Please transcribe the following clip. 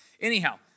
Anyhow